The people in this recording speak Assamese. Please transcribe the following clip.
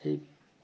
ঠিক